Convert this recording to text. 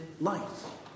life